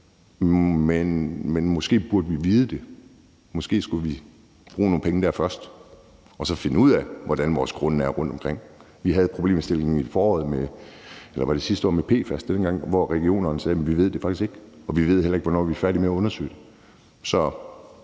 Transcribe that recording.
Men måske burde vi vide det. Måske skulle vi bruge nogle penge dér først og så finde ud af, hvordan vores grunde er rundtomkring. Vi havde problemstillingen i foråret – eller var det sidste år? – med PFAS. Det var dengang, regionerne sagde, at de faktisk ikke vidste det, og at de heller ikke vidste, hvornår de var færdige med at undersøge det.